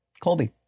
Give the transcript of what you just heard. Colby